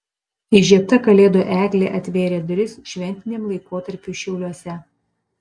įžiebta kalėdų eglė atvėrė duris šventiniam laikotarpiui šiauliuose